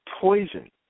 poison